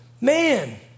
man